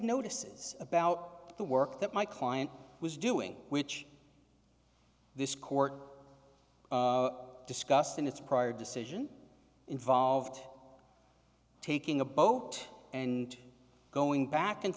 notices about the work that my client was doing which this court discussed in its prior decision involved taking a boat and going back and